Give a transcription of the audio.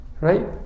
Right